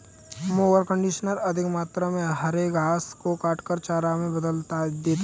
mower conditioner अधिक मात्रा में हरे घास को काटकर चारा में बदल देता है